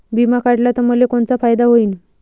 बिमा काढला त मले कोनचा फायदा होईन?